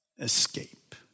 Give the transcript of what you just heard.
escape